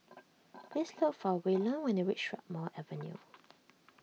please look for Waylon when you reach Strathmore Avenue